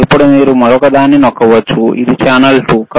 ఇప్పుడు మీరు మరొకదాన్ని నొక్కవచ్చు ఇది ఛానల్ 2